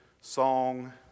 song